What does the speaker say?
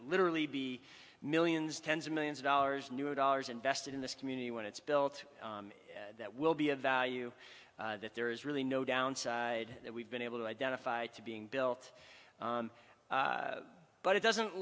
literally be millions tens of millions of dollars new dollars invested in this community when it's built that will be of value that there is really no downside that we've been able to identify to being built but it doesn't